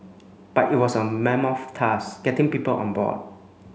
but it was a mammoth task getting people on board